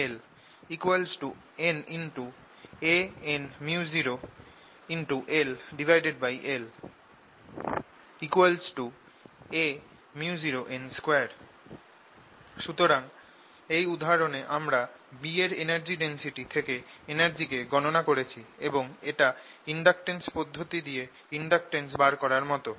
InductanceՓl nanµ0Il aµ0n2 সুতরাং এই উদাহরণে আমরা B এর এনার্জি ডেনসিটি থেকে এনার্জি কে গণনা করেছি এবং এটা ইন্ডাকটেন্স পদ্ধতি দিয়ে ইন্ডাকটেন্স বার করার মতন